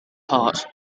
hot